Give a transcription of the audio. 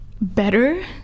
better